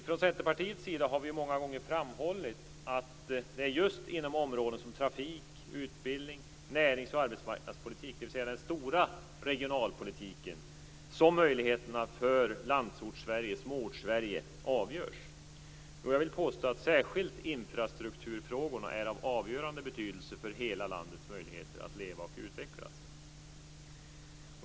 Från Centerpartiets sida har vi många gånger framhållit att det just är inom områden som trafik, utbildning, näringspolitik och arbetsmarknadspolitik, dvs. den stora regionalpolitiken, som möjligheterna för Landsortssverige - Småortssverige - avgörs. Jag vill påstå att särskilt infrastrukturfrågorna är av avgörande betydelse för hela landets möjligheter att leva och utvecklas.